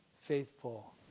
faithful